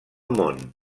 món